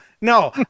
No